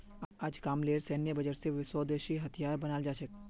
अजकामलेर सैन्य बजट स स्वदेशी हथियारो बनाल जा छेक